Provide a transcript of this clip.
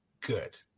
good